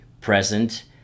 present